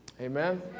Amen